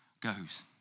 goes